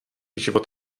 život